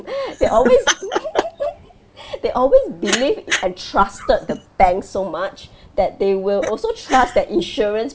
they always they always believe and trusted the bank so much that they will also trust that insurance